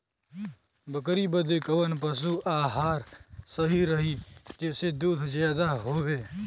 बकरी बदे कवन पशु आहार सही रही जेसे दूध ज्यादा होवे?